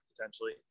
potentially